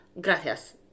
gracias